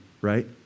right